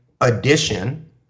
addition